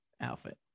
outfit